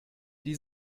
die